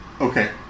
Okay